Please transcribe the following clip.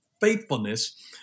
faithfulness